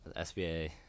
SBA